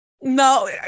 No